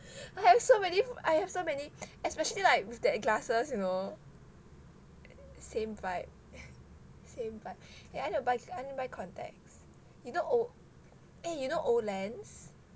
I have so many I have so many especially like with that glasses you know same vibe same vibe eh I need to buy need to buy contacts you know o~ eh you know OLens